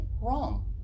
wrong